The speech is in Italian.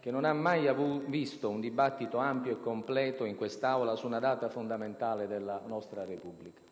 che non ha mai visto un dibattito ampio e completo in quest'Aula su una data fondamentale della nostra Repubblica.